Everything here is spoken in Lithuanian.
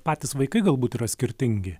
patys vaikai galbūt yra skirtingi